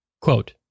Quote